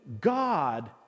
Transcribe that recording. God